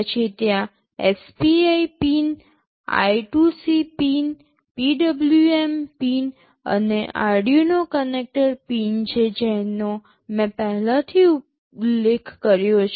પછી ત્યાં SPI pin I2C pin PWM pin અને આ Arduino કનેક્ટર પિન છે જેનો મેં પહેલાથી ઉલ્લેખ કર્યો છે